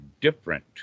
different